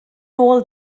nôl